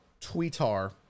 Tweetar